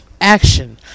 Action